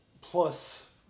plus